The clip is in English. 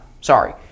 Sorry